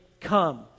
come